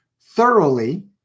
thoroughly